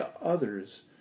others